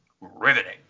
riveting